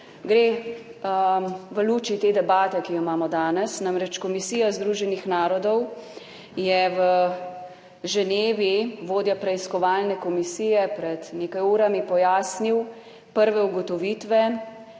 Gre v luči te debate, ki jo imamo danes. Namreč komisija Združenih narodov, je v Ženevi vodja preiskovalne komisije pred nekaj urami pojasnil prve ugotovitve,